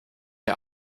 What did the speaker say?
der